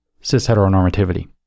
cis-heteronormativity